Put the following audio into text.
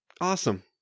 Awesome